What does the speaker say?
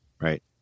right